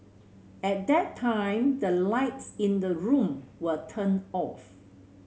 at that time the lights in the room were turned off